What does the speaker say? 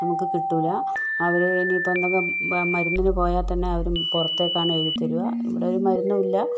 നമുക്ക് കിട്ടുകയില്ല അവര് ഇനിയിപ്പം മരുന്നിന് പോയാൽ തന്നെ അവര് പുറത്തേക്കാണ് എഴുതിത്തരുക ഇവിടെ ഒരു മരുന്നും ഇല്ല